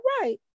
right